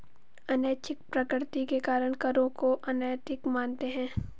अनैच्छिक प्रकृति के कारण करों को अनैतिक मानते हैं